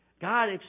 God